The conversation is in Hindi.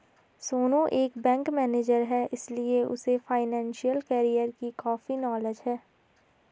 सोनू एक बैंक मैनेजर है इसीलिए उसे फाइनेंशियल कैरियर की काफी नॉलेज है